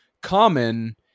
common